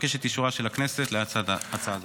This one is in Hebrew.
אבקש את אישורה של הכנסת להצעה זו.